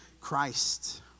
Christ